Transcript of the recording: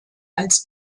als